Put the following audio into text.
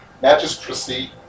magistracy